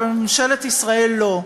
אבל בממשלת ישראל לא.